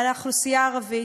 על האוכלוסייה הערבית,